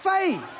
faith